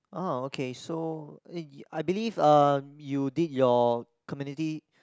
ah okay so I believe um you did your community